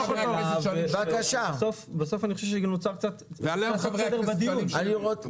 אני רוצה לעשות סדר בדיון.